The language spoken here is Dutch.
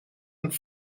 een